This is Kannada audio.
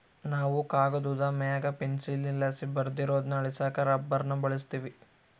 ನಾವು ಕಾಗದುದ್ ಮ್ಯಾಗ ಪೆನ್ಸಿಲ್ಲಾಸಿ ಬರ್ದಿರೋದ್ನ ಅಳಿಸಾಕ ರಬ್ಬರ್ನ ಬಳುಸ್ತೀವಿ